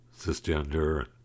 cisgender